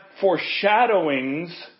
foreshadowings